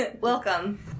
Welcome